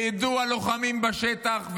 וידעו הלוחמים בשטח,